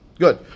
Good